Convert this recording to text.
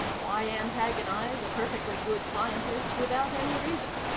why antagonize a perfectly good scientist without any reason?